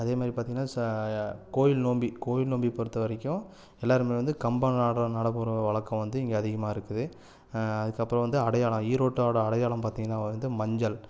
அதே மாதிரி பார்த்திங்கன்னா ச கோயில் நோம்பி கோயில் நோம்பி பொறுத்தவரைக்கும் எல்லாருமே வந்து கம்பம் நட நடப் போகற வழக்கம் வந்து இங்கே அதிகமாகருக்குது அதுக்கு அப்புறம் வந்து அடையாளம் ஈரோட்டோட அடையாளம் பார்த்திங்கன்னா வந்து மஞ்சள்